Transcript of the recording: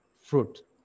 fruit